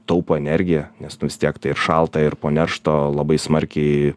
taupo energiją nes nu vis tiek tai ir šalta ir po neršto labai smarkiai